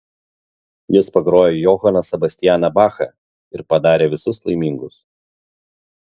jis pagrojo johaną sebastianą bachą ir padarė visus laimingus